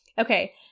Okay